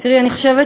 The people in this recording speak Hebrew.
תראי, אני חושבת